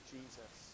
Jesus